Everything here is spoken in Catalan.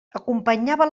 acompanyava